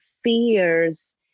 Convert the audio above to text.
fears